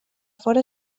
fóra